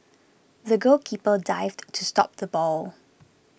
the goalkeeper dived to stop the ball